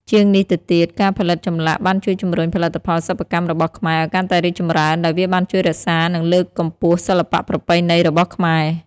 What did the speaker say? ជាងនេះទៅទៀត ការផលិតចម្លាក់បានជួយជំរុញផលិតផលសិប្បកម្មរបស់ខ្មែរឲ្យកាន់តែរីកចម្រើន ដោយវាបានជួយរក្សា និងលើកកម្ពស់សិល្បៈប្រពៃណីរបស់ខ្មែរ។